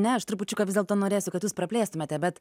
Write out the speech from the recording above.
ne aš trupučiuką vis dėlto norėsiu kad jus praplėstumėte bet